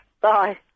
Bye